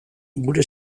gure